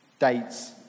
dates